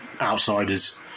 outsiders